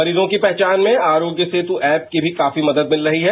मरीजों की पहचान में आरोग्य सेतु ऐप की भी काफी मदद मिल रही है